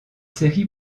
série